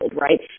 right